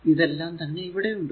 ഇതെല്ലാം തന്നെ ഇവിടെ ഉണ്ട്